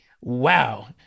wow